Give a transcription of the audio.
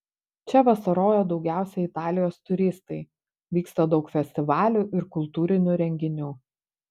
čia vasaroja daugiausiai italijos turistai vyksta daug festivalių ir kultūrinių renginių